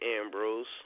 Ambrose